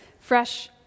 fresh